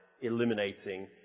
eliminating